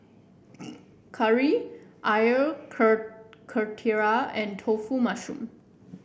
Curry Air Karthira and Mushroom Tofu